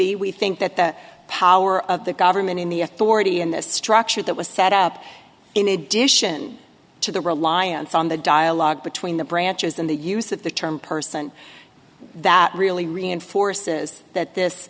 be we think that the power of the government in the authority and the structure that was set up in addition to the reliance on the dialogue between the branches and the use of the term person that really reinforces that this